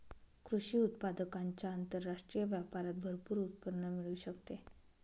कृषी उत्पादकांच्या आंतरराष्ट्रीय व्यापारात भरपूर उत्पन्न मिळू शकते